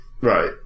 Right